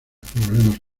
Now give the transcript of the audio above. problemas